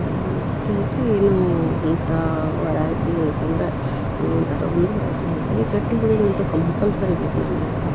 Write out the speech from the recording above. ಮತ್ತು ಅಂದರೆ ಏನೋ ಅಂತಾ ವರೈಟಿ ಅಂತಂದರೆ ಒಂಥರ ಒಂದುವರೆ ಐಟಮ್ ಮಾಡಿದ್ದೀವಿ ಚಟ್ನಿ ಪುಡಿಗಳಂತು ಕಂಪಲ್ಸರಿ ಬೇಕು ನಮ್ಮ ಮನೆಯಾಗ